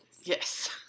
yes